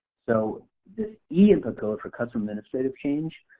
so this e input code for customer administrative change,